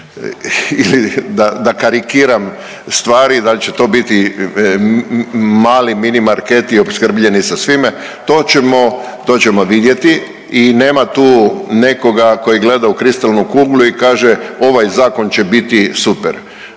da karikiram stvari da li će to biti mali mini marketi opskrbljeni sa svime to ćemo, to ćemo vidjeti i nema tu nekoga koji gleda u kristalnu kuglu i kaže ovaj zakon će biti super.